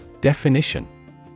Definition